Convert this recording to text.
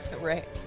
right